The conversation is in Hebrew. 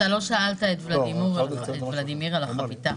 אתה לא שאלת את ולדימיר אם הוא יודע לטגן חביתה.